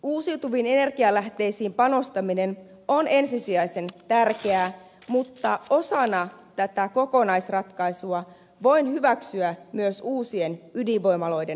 uusiutuviin energialähteisiin panostaminen on ensisijaisen tärkeää mutta osana tätä kokonaisratkaisua voin hyväksyä myös uusien ydinvoimaloiden rakentamisen